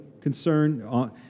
concern